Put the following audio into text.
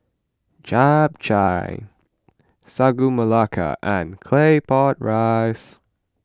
Chap Chai Sagu Melaka and Claypot Rice